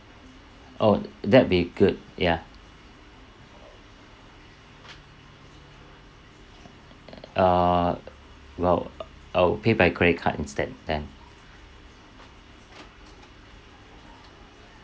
oh that'll be good ya err well I'd pay by credit card instead then